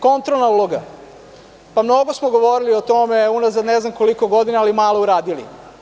Kontrolna uloga, mnogo smo govorili o tome unazad ne znam koliko godina, ali malo uradili.